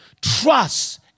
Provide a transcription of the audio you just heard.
trust